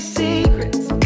secrets